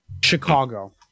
Chicago